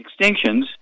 extinctions